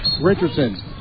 Richardson